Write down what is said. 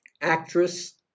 Actress